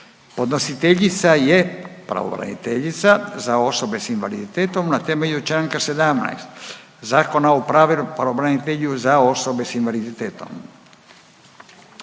Podnositeljica je pravobraniteljica za osobe s invaliditetom na temelju čl. 17 Zakona o pravobranitelju za osobe s invaliditetom.